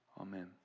amen